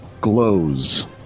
glows